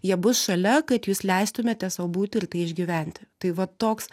jie bus šalia kad jūs leistumėte sau būti ir tai išgyventi tai vat toks